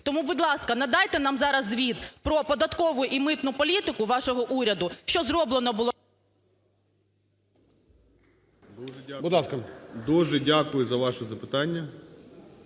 Тому, будь ласка, надайте нам зараз звіт про податкову і митну політику вашого уряду, що зроблено було… ГОЛОВУЮЧИЙ. Будь ласка.